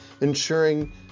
ensuring